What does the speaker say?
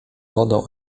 wodą